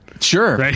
Sure